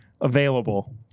available